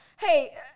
hey